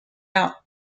out